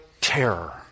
terror